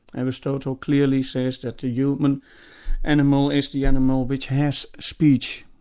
aristotle clearly says that the human animal is the animal which has speech.